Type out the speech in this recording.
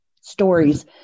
stories